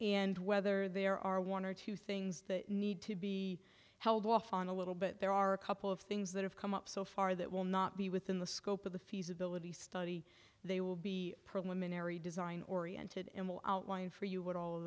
and whether there are one or two things that need to be held off on a little bit there are a couple of things that have come up so far that will not be within the scope of the feasibility study they will be preliminary design oriented and will outline for you what all of